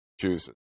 chooses